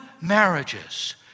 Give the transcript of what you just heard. marriages